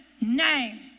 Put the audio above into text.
name